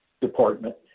Department